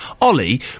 Ollie